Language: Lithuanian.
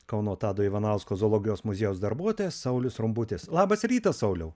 kauno tado ivanausko zoologijos muziejaus darbuotojas saulius rumbutis labas rytas sauliau